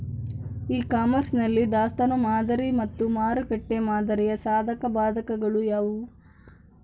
E commerce ನಲ್ಲಿ ದಾಸ್ತನು ಮಾದರಿ ಮತ್ತು ಮಾರುಕಟ್ಟೆ ಮಾದರಿಯ ಸಾಧಕಬಾಧಕಗಳು ಯಾವುವು?